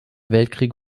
weltkrieg